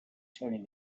turning